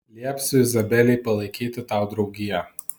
liepsiu izabelei palaikyti tau draugiją